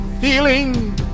Feeling